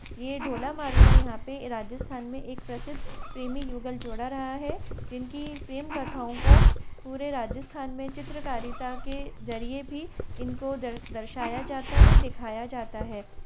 ये ढोला मारूरा यहाँ पे राजस्थान में एक प्रसिद्ध प्रेमी युगल जोड़ा रहा है जिनकी प्रेम कथाओं को पूरे राजस्थान में चित्रकारिता के ज़रिए भी इनको दर दर्शाया जाता है दिखाया जाता है